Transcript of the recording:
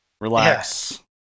relax